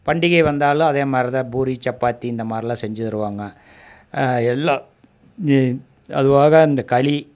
பண்டிகை வந்தாலும் அதேமாதிரிதான் பூரி சப்பாத்தி இந்தமாதிரிலாம் செஞ்சு தருவாங்க எல்லாம் அதுபோக இந்த களி